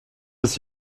des